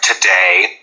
today